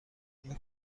این